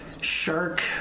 shark